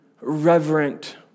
reverent